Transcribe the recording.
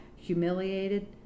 humiliated